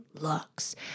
looks